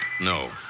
No